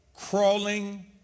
crawling